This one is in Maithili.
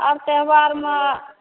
आर त्यौहारमे